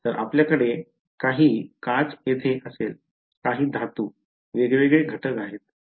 तर आपल्याकडे काही काच येथे असेल काही धातू वेगवेगळे घटक आहेत